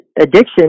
addiction